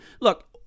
look